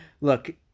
Look